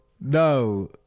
No